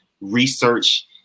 research